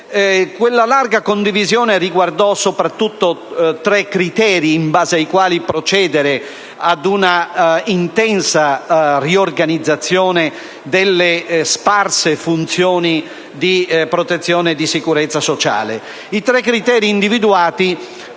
Quella larga condivisione riguardò soprattutto tre criteri, in base ai quali procedere ad un'intensa riorganizzazione delle sparse funzioni di protezione e di sicurezza sociale. I tre criteri individuati